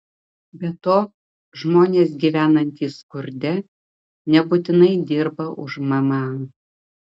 be to žmonės gyvenantys skurde nebūtinai dirba už mma